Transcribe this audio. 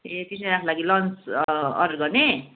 ए तिनजनाको लागि lunch order गर्ने